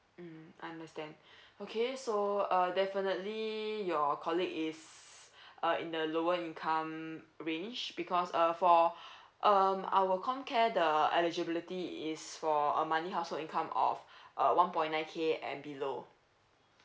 um understand okay so err definitely your colleague is uh in the lower income range because uh for um our com care the eligibility is for a monthly household income of uh one point nine K and below